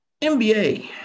NBA